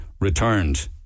returned